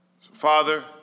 Father